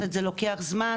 זה לוקח זמן,